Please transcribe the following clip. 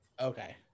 okay